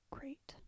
Great